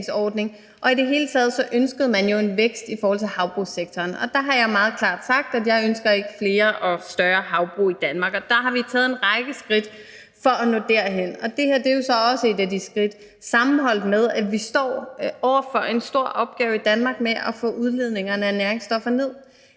og i det hele taget ønskede man en vækst i forhold til havbrugssektoren. Der har jeg meget klart sagt, at jeg ikke ønsker flere og større havbrug i Danmark. Vi har taget en række skridt for at nå derhen. Det her er jo så også et af de skridt, sammenholdt med at vi står over for en stor opgave i Danmark med at få udledningerne af næringsstoffer ned,